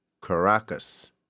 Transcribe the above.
Caracas